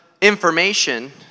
information